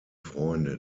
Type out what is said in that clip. freunde